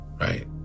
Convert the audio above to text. Right